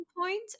point